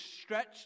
stretched